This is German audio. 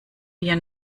wir